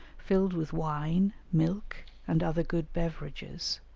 filled with wine, milk, and other good beverages,